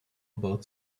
about